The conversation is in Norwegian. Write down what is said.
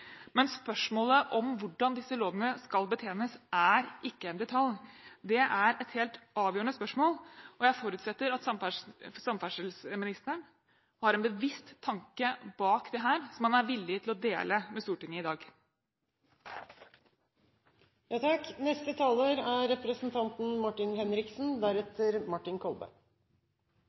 men spørsmålet om hvordan disse lånene skal betjenes, er ikke en detalj – det er et helt avgjørende spørsmål – og jeg forutsetter at samferdselsministeren har en bevisst tanke bak dette som han er villig til å dele med Stortinget i